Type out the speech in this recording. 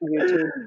YouTube